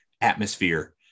atmosphere